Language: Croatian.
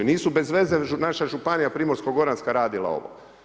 Nisu bezveze, naša županija Primorsko-goranska radila ovo.